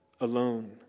alone